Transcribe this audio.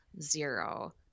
zero